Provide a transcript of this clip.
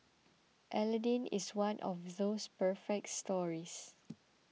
Aladdin is one of those perfect stories